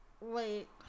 wait